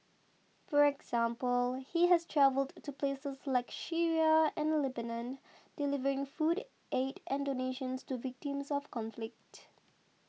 for example he has travelled to places like Syria and Lebanon delivering food aid and donations to victims of conflict